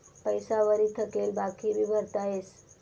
पैसा वरी थकेल बाकी भी भरता येस